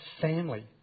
family